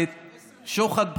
כשוחד בחירות,